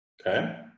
Okay